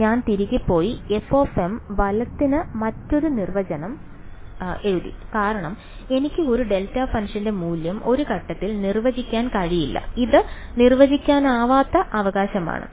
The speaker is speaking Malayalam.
അതിനാൽ ഞാൻ തിരികെ പോയി fm വലത്തിന് മറ്റൊരു നിർവചനം എഴുതി കാരണം എനിക്ക് ഒരു ഡെൽറ്റ ഫംഗ്ഷന്റെ മൂല്യം ഒരു ഘട്ടത്തിൽ നിർവചിക്കാൻ കഴിയില്ല അത് നിർവചിക്കാത്ത അവകാശമാണ്